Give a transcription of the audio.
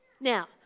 Now